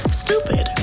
stupid